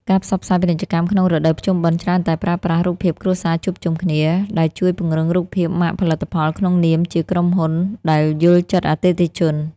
ការផ្សព្វផ្សាយពាណិជ្ជកម្មក្នុងរដូវភ្ជុំបិណ្ឌច្រើនតែប្រើប្រាស់រូបភាពគ្រួសារជួបជុំគ្នា ដែលជួយពង្រឹងរូបភាពម៉ាកផលិតផលក្នុងនាមជាក្រុមហ៊ុនដែលយល់ចិត្តអតិថិជន។